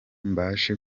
mbashe